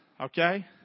Okay